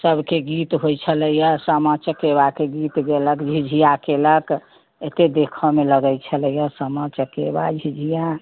सबके गीत होइत छलैया सामा चकेवाके गीत गेलक झिझिया कयलक एते देखऽमे लगे छलै हँ सामा चकेवा झिझिआ